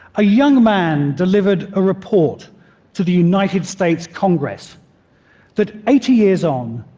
a young man delivered a report to the united states congress that eighty years on,